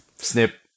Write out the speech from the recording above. Snip